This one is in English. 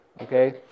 Okay